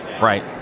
Right